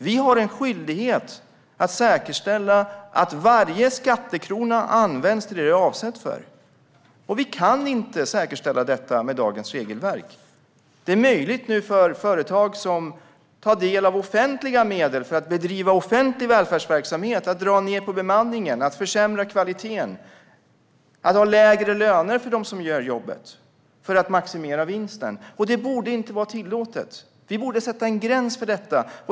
Vi har en skyldighet att säkerställa att varje skattekrona används till det som den är avsedd för. Vi kan inte säkerställa detta med dagens regelverk. Det är möjligt nu för företag som tar del av offentliga medel för att bedriva offentlig välfärdsverksamhet att dra ned på bemanningen, försämra kvaliteten och ha lägre löner för dem som gör jobbet, för att maximera vinsten. Det borde inte vara tillåtet, och vi borde sätta en gräns för detta.